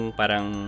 parang